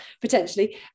potentially